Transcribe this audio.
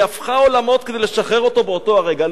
היא הפכה עולמות כדי לשחרר אותו באותו הרגע.